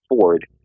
Ford